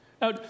Now